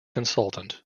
consultant